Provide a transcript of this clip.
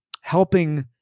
helping